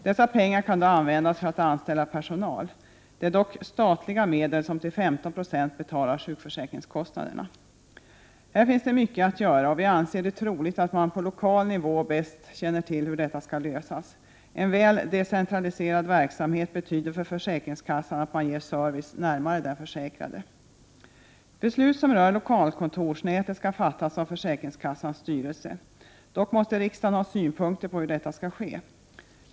Dessa pengar kan då användas för att anställa personal. Det är dock statliga medel som till 15 90 betalar sjukförsäkringskostnaderna. Här finns det mycket att göra, och vi anser det troligt att man på lokal nivå bäst känner till hur detta skall klaras. En väl decentraliserad verksamhet betyder för försäkringskassan att man ger service närmare den försäkrade. Beslut som rör lokalkontorsnätet skall fattas av försäkringskassans styrelse. Dock måste riksdagen ha synpunkter på hur detta skall ske.